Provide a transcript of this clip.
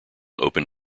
open